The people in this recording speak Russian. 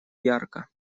ярко